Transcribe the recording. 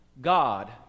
God